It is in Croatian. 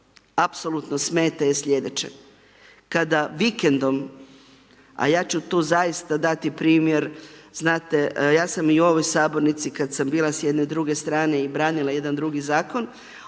apsolutno smeta je sljedeće, kada vikendom, a ja ću tu zaista dati primjer, znate ja sam i u ovoj sabornici kad sam bila s jedne druge strane i branila jedan drugi Zakon,